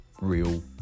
real